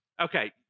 Okay